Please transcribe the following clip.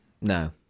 no